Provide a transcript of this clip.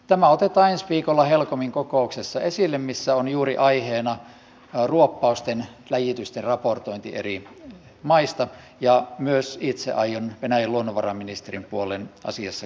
tämä otetaan esille ensi viikolla helcomin kokouksessa missä on juuri aiheena ruoppausten ja läjitysten raportointi eri maista ja myös itse aion venäjän luonnonvaraministerin puoleen asiassa kääntyä